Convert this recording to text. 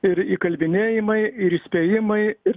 ir įkalbinėjimai ir įspėjimai ir